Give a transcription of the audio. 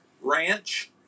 ranch